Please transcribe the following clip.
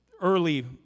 early